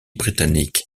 britannique